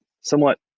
somewhat